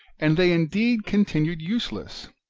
and they indeed continued useless,